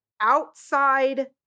outside